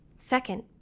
second,